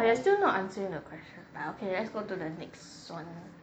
but you are still not answering the question about okay let's go to the next one